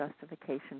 justification